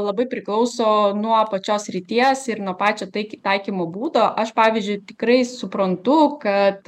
labai priklauso nuo pačios srities ir nuo pačio taik taikymo būdo aš pavyzdžiui tikrai suprantu kad